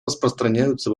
распространяются